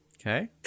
okay